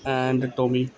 and tommy